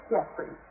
Jeffrey